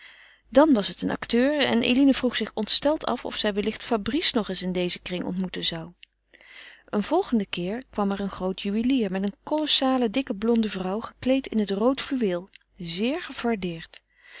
dan was het een acteur en eline vroeg zich ontsteld af of zij wellicht fabrice nog eens in dezen kring ontmoeten zou een volgenden keer kwam er een groot juwelier met eene kolossale dikke blonde vrouw gekleed in het rood fluweel zeer gefardeerd